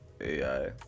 AI